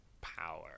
power